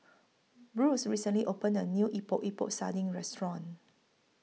Bruce recently opened A New Epok Epok Sardin Restaurant